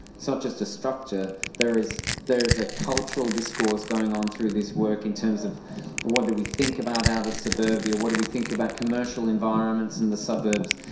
so just a structure, there is there is a cultural discourse going on through this work in terms of what do we think about outer suburbia, what do we think about commercial environments in the suburbs,